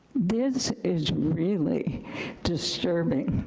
this is really disturbing.